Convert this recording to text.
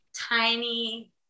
tiny